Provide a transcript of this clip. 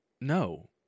No